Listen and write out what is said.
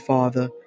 Father